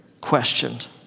questioned